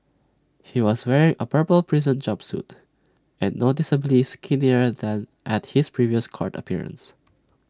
he was wearing A purple prison jumpsuit and noticeably skinnier than at his previous court appearance